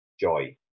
joy